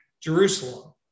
Jerusalem